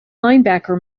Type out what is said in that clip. linebacker